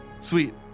sweet